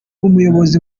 umuyobozi